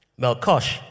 Melkosh